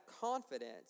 confidence